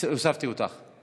הוספתי אותך.